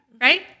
right